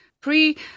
pre-